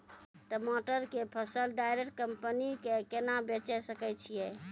टमाटर के फसल डायरेक्ट कंपनी के केना बेचे सकय छियै?